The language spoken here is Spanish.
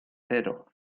cero